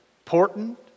important